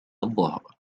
الظهر